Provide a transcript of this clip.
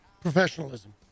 professionalism